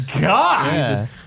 god